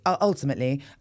ultimately